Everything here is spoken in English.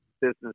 business